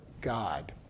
God